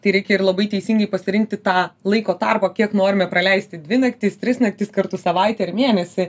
tai reikia ir labai teisingai pasirinkti tą laiko tarpą kiek norime praleisti dvi naktis tris naktis kartu savaitę ar mėnesį